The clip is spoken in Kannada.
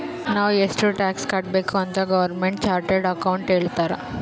ನಾವ್ ಎಷ್ಟ ಟ್ಯಾಕ್ಸ್ ಕಟ್ಬೇಕ್ ಅಂತ್ ಗೌರ್ಮೆಂಟ್ಗ ಚಾರ್ಟೆಡ್ ಅಕೌಂಟೆಂಟ್ ಹೇಳ್ತಾರ್